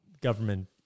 government